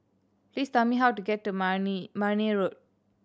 please tell me how to get to Marne Marne Road